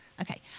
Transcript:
Okay